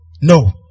No